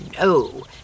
no